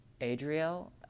Adriel